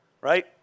right